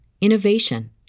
innovation